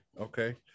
okay